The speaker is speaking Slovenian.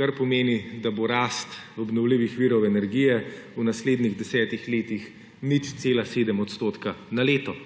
kar pomeni, da bo rast obnovljivih virov energije v naslednjih 10 letih 0,7 odstotka na leto.